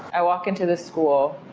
i walk into the school.